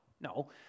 no